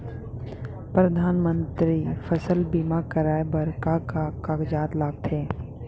परधानमंतरी फसल बीमा कराये बर का का कागजात लगथे?